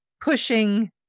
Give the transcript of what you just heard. pushing